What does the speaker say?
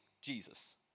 Jesus